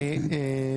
באמת.